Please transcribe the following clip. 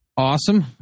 Awesome